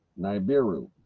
Nibiru